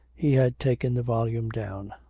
he had taken the volume down.